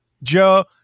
Joe